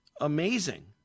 amazing